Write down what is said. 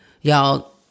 y'all